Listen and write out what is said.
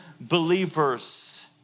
believers